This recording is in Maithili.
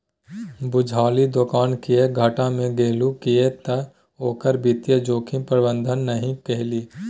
बुझलही दोकान किएक घाटा मे गेलहु किएक तए ओकर वित्तीय जोखिम प्रबंधन नहि केलही